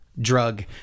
drug